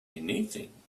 anything